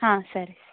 ಹಾಂ ಸರಿ